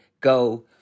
Go